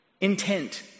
intent